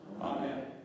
Amen